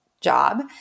job